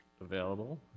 available